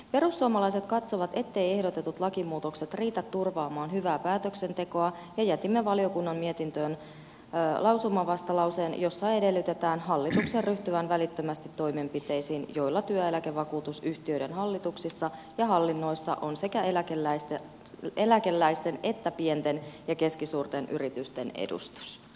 perussuomalaiset katsovat etteivät ehdotetut lakimuutokset riitä turvaamaan hyvää päätöksentekoa ja jätimme valiokunnan mietintöön lausumavastalauseen jossa edellytetään hallituksen ryhtyvän välittömästi toimenpiteisiin joilla työeläkevakuutusyhtiöiden hallituksissa ja hallinnoissa on sekä eläkeläisten että pienten ja keskisuurten yritysten edustus